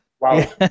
Wow